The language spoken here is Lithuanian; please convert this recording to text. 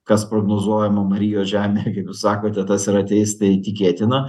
kas prognozuojama marijos žemėj kaip jūs sakote tas ir ateis tai įtikėtina